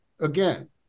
again